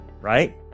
right